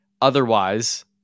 Otherwise